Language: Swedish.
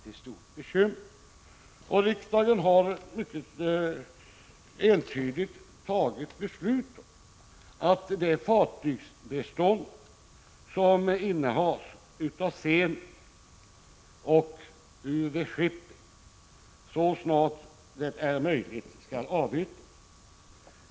1985/86:136 beslut om att det fartygsbestånd som innehas av Zenit och UV Shipping så 7 maj 1986 snart som möjligt skall avyttras.